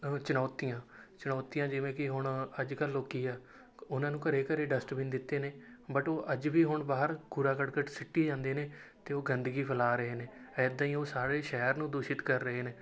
ਚੁਣੌਤੀਆਂ ਚੁਣੌਤੀਆਂ ਜਿਵੇਂ ਕਿ ਹੁਣ ਅੱਜ ਕੱਲ੍ਹ ਲੋਕ ਹੈ ਉਨ੍ਹਾਂ ਨੂੰ ਘਰ ਘਰ ਡਸਟਬਿਨ ਦਿੱਤੇ ਨੇ ਬਟ ਉਹ ਅੱਜ ਵੀ ਹੁਣ ਬਾਹਰ ਕੂੜਾ ਕਰਕਟ ਸਿਟੀ ਜਾਂਦੇ ਨੇ ਅਤੇ ਉਹ ਗੰਦਗੀ ਫੈਲਾ ਰਹੇ ਨੇ ਇੱਦਾਂ ਹੀ ਉਹ ਸਾਰੇ ਸ਼ਹਿਰ ਨੂੰ ਦੂਸ਼ਿਤ ਕਰ ਰਹੇ ਨੇ